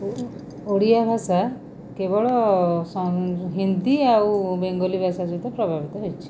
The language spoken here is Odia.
ଓଡ଼ିଆ ଭାଷା କେବଳ ସ ହିନ୍ଦୀ ଆଉ ବେଙ୍ଗଲି ଭାଷା ସହିତ ପ୍ରଭାବିତ ହୋଇଛି